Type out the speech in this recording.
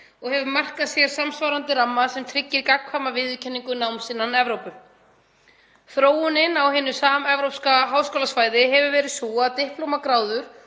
og hefur markað sér samsvarandi ramma sem tryggir gagnkvæma viðurkenningu náms innan Evrópu. Þróunin á hinu samevrópska háskólasvæði hefur verið sú að diplómagráður